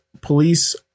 police